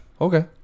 okay